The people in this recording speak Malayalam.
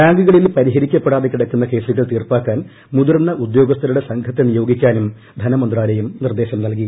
ബാങ്കുകളിൽ പരിഹരിക്കപ്പെടാതെ മന്ത്രാലയം കിടക്കുന്ന കേസുകൾ തീർപ്പാക്കാൻ മുതിർന്ന ഉദ്യോഗസ്ഥരുടെ സംഘത്തെ നിയോഗിക്കാനും ധനമന്ത്രാലയം നിർദ്ദേശം നൽകി